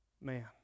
man